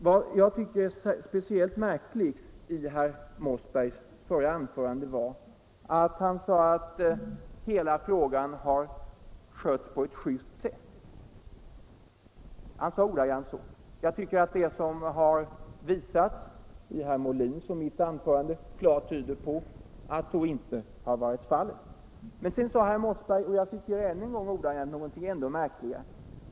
Vad jag tycker är speciellt märkligt i herr Mossbergs förra anförande är att han sade att hela frågan har skötts på ett just sätt. Han sade ordagrant så. Jag tycker att det som påvisats i herr Molins och mitt anförande klart tyder på att så inte varit fallet. Men sedan sade herr Mossberg någonting ännu märkligare.